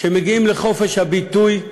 כשמגיעים לחופש הביטוי,